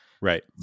right